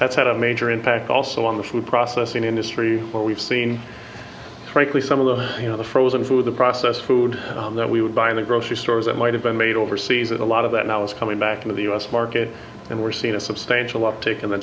that's had a major impact also on the food processing industry where we've seen frankly some of the you know the frozen food the processed food that we would buy in the grocery stores that might have been made overseas and a lot of that now is coming back into the u s market and we're seeing a substantial uptick in the